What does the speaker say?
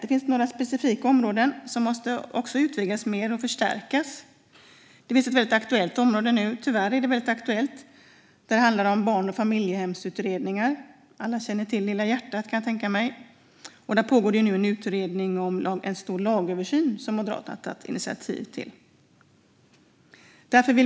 Det finns några specifika områden som måste utvidgas mer och förstärkas. Det finns ett område som tyvärr är väldigt aktuellt. Det handlar om barn och familjehemsutredningar. Jag kan tänka mig att alla känner till "Lilla hjärtat", och det pågår nu en utredning av en större lagöversyn som Moderaterna har tagit initiativ till.